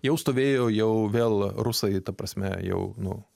jau stovėjo jau vėl rusai ta prasme jau nu